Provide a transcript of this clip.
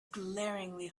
glaringly